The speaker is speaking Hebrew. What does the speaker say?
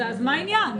אז מה העניין?